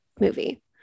movie